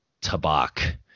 tabak